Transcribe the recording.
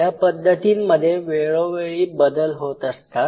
या पद्धतींमध्ये वेळोवेळी बदल होत असतात